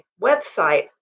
website